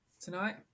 tonight